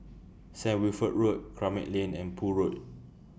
Saint Wilfred Road Kramat Lane and Poole Road